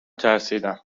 ترسیدم